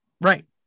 Right